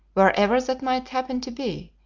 wherever that might happen to be,